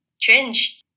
change